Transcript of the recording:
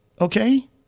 Okay